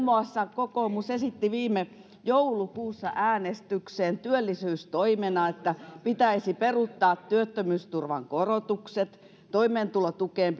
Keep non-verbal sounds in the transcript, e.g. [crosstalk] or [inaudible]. [unintelligible] muassa esitti viime joulukuussa äänestykseen työllisyystoimena että pitäisi peruuttaa työttömyysturvan korotukset toimeentulotukeen [unintelligible]